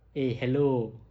eh hello